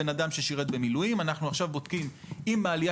בן אדם ששירת במילואים אנחנו בודקים אם העלייה